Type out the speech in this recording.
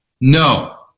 No